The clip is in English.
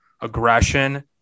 aggression